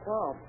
Tom